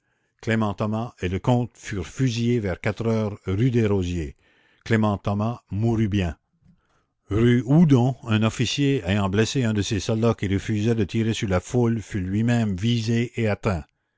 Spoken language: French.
clément thomas et lecomte furent fusillés vers quatre heures rue des rosiers clément thomas mourut bien rue houdon un officier ayant blessé un de ses soldats qui refusait de tirer sur la foule fut lui-même visé et atteint